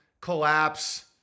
collapse